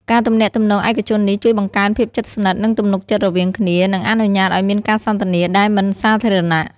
ការទំនាក់ទំនងឯកជននេះជួយបង្កើនភាពជិតស្និទ្ធ និងទំនុកចិត្តរវាងគ្នា និងអនុញ្ញាតឱ្យមានការសន្ទនាដែលមិនសាធារណៈ។